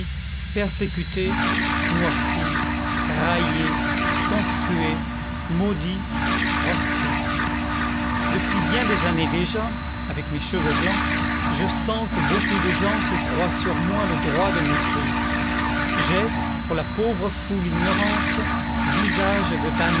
persécuté noirci raillé conspué maudit proscrit depuis bien des années déjà avec mes cheveux blancs je sens que beaucoup de gens se croient sur moi le droit de mépris j'ai pour la pauvre foule ignorante visage de damné